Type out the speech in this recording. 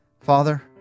Father